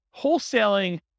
wholesaling